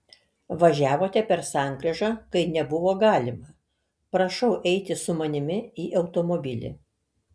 važiavote per sankryžą kai nebuvo galima prašau eiti su manimi į automobilį